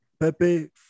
Pepe